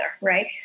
right